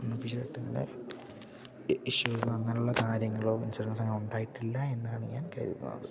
അൺഒഫീഷ്യലായിട്ട് അങ്ങനെ ഇഷ്യൂസോ അങ്ങനെയുള്ള കാര്യങ്ങളോ ഉണ്ടായിട്ടില്ലെന്നാണ് ഞാൻ കരുതുന്നത്